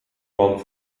man